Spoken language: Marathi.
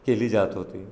केली जात होती